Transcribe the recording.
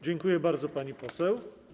Dziękuję bardzo, pani poseł.